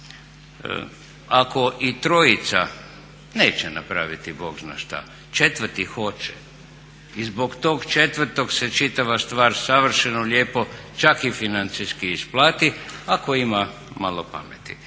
Ako i trojica neće napraviti bog zna šta, četvrti hoće. I zbog toga četvrtoga se čitava stvar savršeno lijepo, čak i financijski isplati ako ima malo pameti.